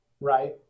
right